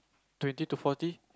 twenty to forty